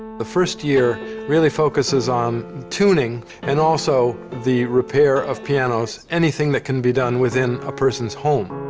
the first year really focuses on tuning and also the repair of pianos, anything that can be done within a person's home.